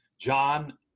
John